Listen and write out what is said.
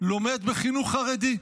לומד בחינוך החרדי.